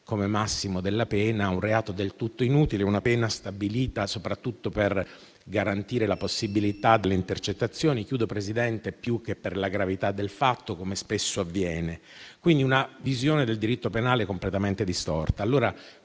come massimo della pena; un reato del tutto inutile e una pena stabilita soprattutto per garantire la possibilità delle intercettazioni, più che per la gravità del fatto, come spesso avviene. Si tratta quindi di una visione del diritto penale completamente distorta.